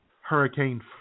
Hurricane